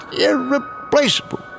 irreplaceable